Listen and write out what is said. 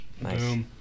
Nice